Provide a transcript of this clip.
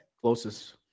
Closest